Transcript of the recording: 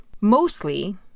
Mostly